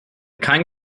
kein